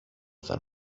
than